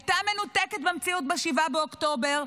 הייתה מנותקת מהמציאות ב-7 באוקטובר,